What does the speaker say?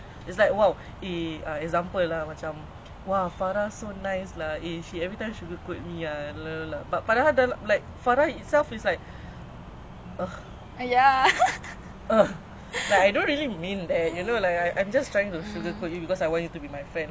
some people like please please others just because they want something but then I think like there's a difference between like pleasing someone to jaga hati or pleasing someone to get them to be your friend on games or something like that that's like very different though but sometimes I think people get mixed up about it